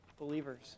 believers